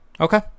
Okay